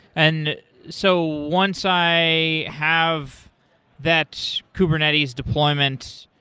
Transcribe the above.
and so once i have that's kubernetes deployment,